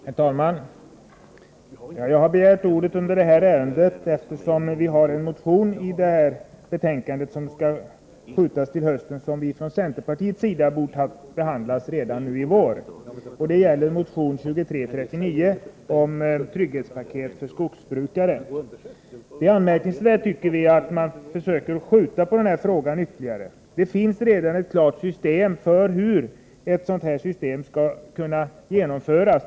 Herr talman! Jag har begärt ordet eftersom jag tillsammans med två andra centerpartister har en motion som berörs av förslaget att uppskjuta behandlingen av ärendena i föreliggande betänkande till hösten. Från centerpartiets sida anser vi att motionen hade bort behandlas redan i vår. Det gäller motion 2339 om ett trygghetspaket för skogsbrukare. Det är anmärkningsvärt att man försöker ytterligare skjuta fram denna fråga. Det finns nämligen redan ett system för hur ett sådant här trygghetspaket skall kunna genomföras.